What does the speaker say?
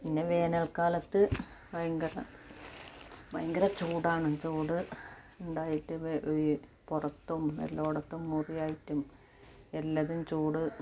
പിന്നെ വേനൽക്കാലത്ത് ഭയങ്കര ഭയങ്കര ചൂടാണ് ചൂട് ഉണ്ടായിട്ട് ഈ പുറത്തും എല്ലായിടത്തും മുറിയായിട്ടും എല്ലാതും ചൂട്